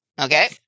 okay